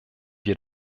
wir